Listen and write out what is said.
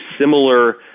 similar